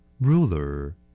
ruler